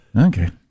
Okay